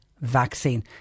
vaccine